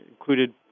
included